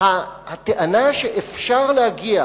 הטענה שאפשר להגיע,